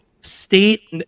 state